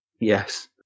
Yes